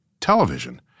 television